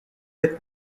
the